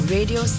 Radio